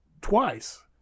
twice